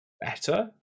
better